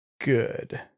good